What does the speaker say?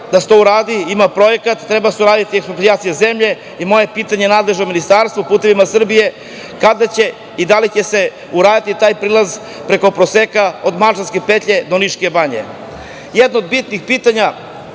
da se to uradi, ima projekat. Treba da se uradi eksproprijacija zemlje. Moje pitanje nadležnom ministarstvu, „Putevima Srbije“ – kada će i da li će se uraditi taj prilaz preko Proseka od Malčanke petlje do Niške banje? Jedno od bitnih pitanja